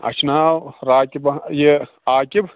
اَسہِ چھِ ناو راقہِ یہِ عاقِب